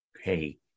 Okay